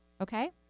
Okay